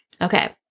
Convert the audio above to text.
Okay